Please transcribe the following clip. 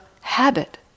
habit